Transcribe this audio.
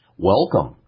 Welcome